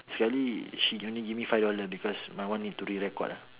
serkali she only give me five dollars because my one need to re-record ah